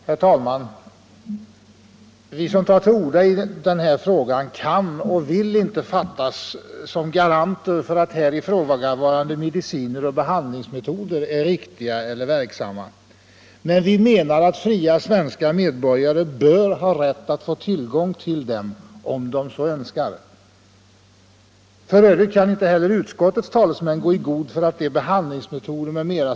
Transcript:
Herr talman! Vi som tar till orda i den här frågan kan och vill inte fattas såsom garanter för att ifrågavarande mediciner och behandlingsmetoder är riktiga eller verksamma. Men vi menar att fria svenska medborgare bör ha rätt att få tillgång till dem om de så önskar. F. ö. kan inte heller utskottets talesmän gå i god för att de behandlingsmetoder etc.